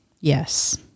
Yes